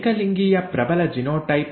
ಏಕಲಿಂಗೀಯ ಪ್ರಬಲ ಜಿನೋಟೈಪ್